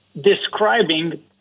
describing